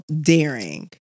daring